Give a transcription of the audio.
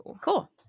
Cool